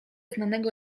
znanego